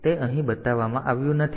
તેથી તે અહીં બતાવવામાં આવ્યું નથી